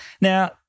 Now